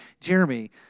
Jeremy